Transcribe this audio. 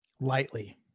lightly